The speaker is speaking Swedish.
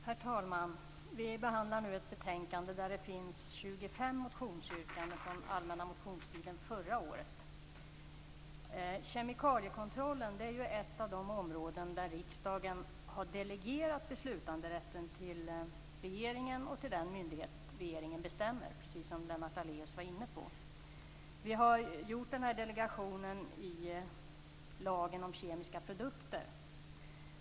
Herr talman! Vi diskuterar nu ett betänkande där utskottet behandlar 25 motionsyrkanden från allmänna motionstiden förra året. Kemikaliekontrollen är ett av de områden där riksdagen har delegerat beslutanderätten till regeringen och till den myndighet som regeringen bestämmer, precis som Lennart Daléus var inne på. Vi har gjort den här delegationen i lagen om kemiska produkter.